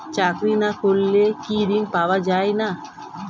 চাকরি না করলে কি ঋণ পাওয়া যায় না?